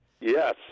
Yes